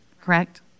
correct